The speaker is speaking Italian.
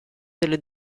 delle